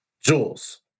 Jules